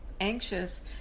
anxious